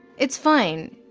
it's fine.